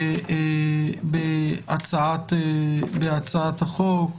בהצעת החוק.